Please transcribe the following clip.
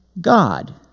God